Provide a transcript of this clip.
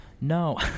No